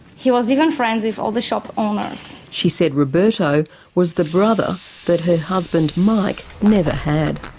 he was even friends with all the shop owners. she said roberto was the brother that her husband mike never had.